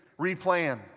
replan